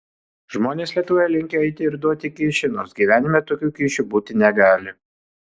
žmonės lietuvoje linkę eiti ir duoti kyšį nors gyvenime tokių kyšių būti negali